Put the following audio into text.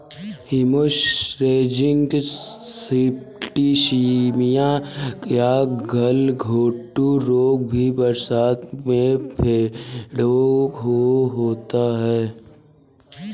haemorrhagic septicaemia या गलघोंटू रोग भी बरसात में भेंड़ों को होता है